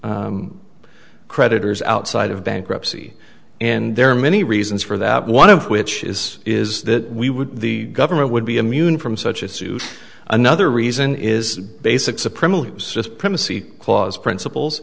to creditors outside of bankruptcy and there are many reasons for that one of which is is that we would the government would be immune from such a suit another reason is basic supreme aloose just privacy clause principles